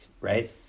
right